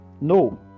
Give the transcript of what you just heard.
No